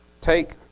Take